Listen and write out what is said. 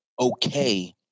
okay